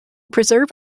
preserve